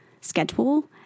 schedule